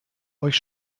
euch